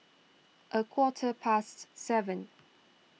a quarter past seven